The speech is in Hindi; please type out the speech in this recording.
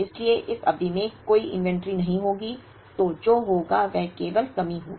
इसलिए इस अवधि में कोई इन्वेंट्री नहीं होगी तो जो होगा वह केवल कमी होगी